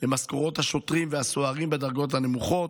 במשכורות השוטרים והסוהרים בדרגות הנמוכות.